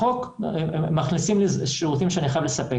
בחוק מכניסים לי שירותים שאני חייב לספק.